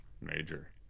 major